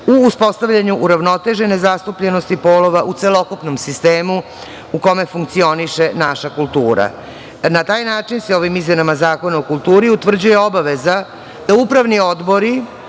u uspostavljanju uravnotežene zastupljenosti polova u celokupnom sistemu u kome funkcioniše naša kultura. Na taj način se ovim izmenama Zakona o kulturi utvrđuje obaveza da upravni odbori